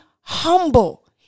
humble